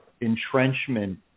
entrenchment